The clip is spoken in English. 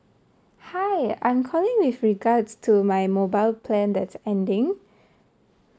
hi I'm calling with regards to my mobile plan that's ending